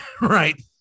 right